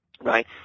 Right